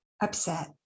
upset